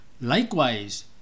Likewise